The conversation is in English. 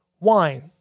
wine